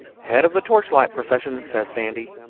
head of the torchlight procession, says sandy.